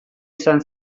izan